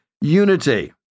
unity